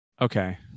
Okay